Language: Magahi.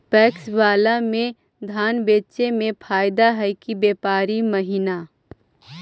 पैकस बाला में धान बेचे मे फायदा है कि व्यापारी महिना?